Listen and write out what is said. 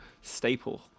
staple